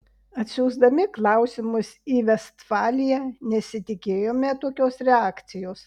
atsiųsdami klausimus į vestfaliją nesitikėjome tokios reakcijos